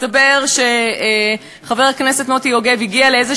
מסתבר שחבר הכנסת מוטי יוגב הגיע לאיזו